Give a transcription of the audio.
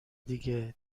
دیگه